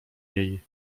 jej